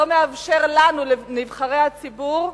לא מאפשר לנו, נבחרי הציבור,